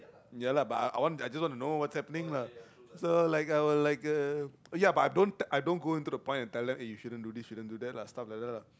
ya lah but I I want I just want to know what's happening lah so like I will like uh ya but I don't I don't go in to the point and tell them eh you shouldn't do this shouldn't do that lah stuff like that lah